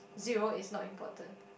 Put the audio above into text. zero is not important